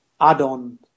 add-on